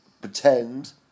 pretend